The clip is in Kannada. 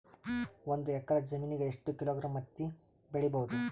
ಒಂದ್ ಎಕ್ಕರ ಜಮೀನಗ ಎಷ್ಟು ಕಿಲೋಗ್ರಾಂ ಹತ್ತಿ ಬೆಳಿ ಬಹುದು?